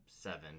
seven